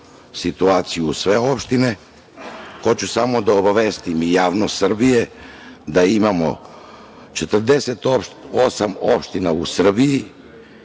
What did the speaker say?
situaciju u svim opštinama. Hoću samo da obavestim javnost Srbije da imamo 48 opština u Srbiji